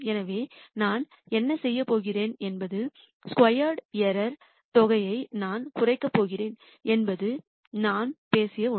எனவே நான் என்ன செய்யப் போகிறேன் என்பது ஸ்கொயர் பிழையின் தொகையை நான் குறைக்கப் போகிறேன் என்பது நாம் பேசிய ஒன்று